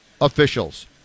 officials